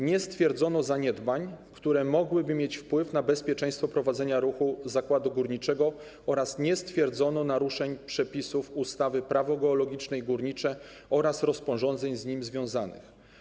Nie stwierdzono zaniedbań, które mogłyby mieć wpływ na bezpieczeństwo prowadzenia ruchu zakładu górniczego, oraz nie stwierdzono naruszeń przepisów ustawy - Prawo geologiczne i górnicze oraz rozporządzeń z nimi związanych.